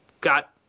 got –